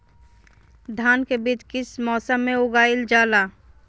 धान के बीज किस मौसम में उगाईल जाला?